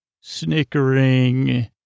snickering